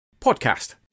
podcast